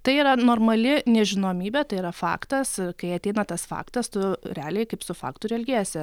tai yra normali nežinomybė tai yra faktas kai ateina tas faktas tu realiai kaip su faktu ir elgiesi